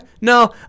no